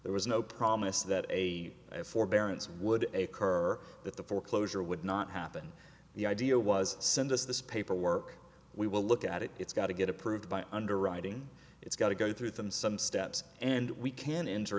there was no promise that a forbearance would occur that the foreclosure would not happen the idea was send us this paperwork we will look at it it's got to get approved by underwriting it's got to go through them some steps and we can enter